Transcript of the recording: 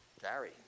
Gary